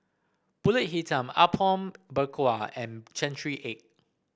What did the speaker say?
pulut Hitam Apom Berkuah and Century Egg